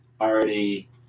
already